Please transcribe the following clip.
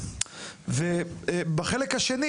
ובחלק השני